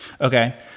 Okay